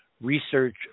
research